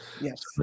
Yes